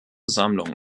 sammlung